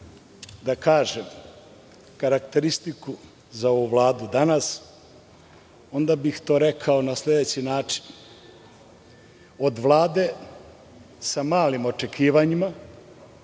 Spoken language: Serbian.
da kažem karakteristiku za ovu Vladu danas onda bih to rekao na sledeći način - od Vlade sa malim očekivanjima